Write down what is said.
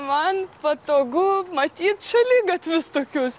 man patogu matyt šaligatvius tokius